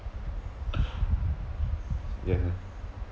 ya